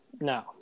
no